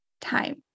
time